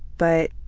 but